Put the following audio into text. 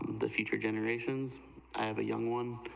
the future generations of a young one,